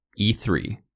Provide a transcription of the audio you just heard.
E3